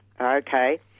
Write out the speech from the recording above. okay